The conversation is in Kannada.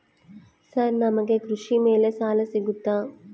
ಸರ್ ನಮಗೆ ಕೃಷಿ ಮೇಲೆ ಸಾಲ ಸಿಗುತ್ತಾ?